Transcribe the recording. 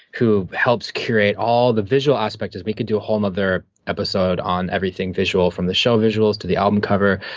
who helps create all the visual aspect, and we could do a whole other episode on everything visual, from the show visuals to the album cover,